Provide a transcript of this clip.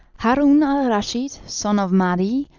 haroun-al-raschid, son of mahdi,